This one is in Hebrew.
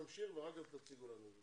לכן נמשיך ולאחר מכן תציגו לנו אותו.